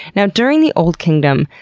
you know during the old kingdom,